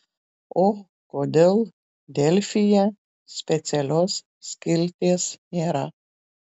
o kodėl delfyje specialios skilties nėra